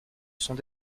sont